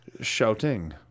shouting